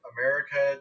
America